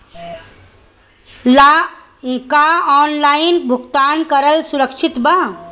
का ऑनलाइन भुगतान करल सुरक्षित बा?